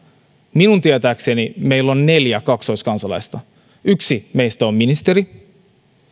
minun tietääkseni meillä on neljä kaksoiskansalaista yksi meistä on ministeri